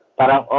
parang